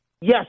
yes